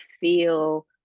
feel